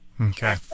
Okay